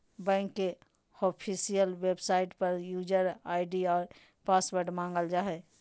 bank के official website पर user ID और पासवर्ड मांगल जा हइ